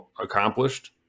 accomplished